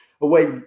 away